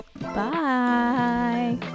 bye